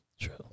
True